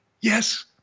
Yes